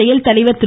செயல்தலைவர் திரு